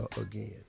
again